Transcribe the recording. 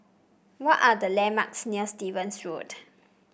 what are the landmarks near Stevens Road